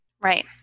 Right